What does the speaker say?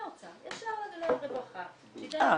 מהאוצר ישר לרווחה -- אה,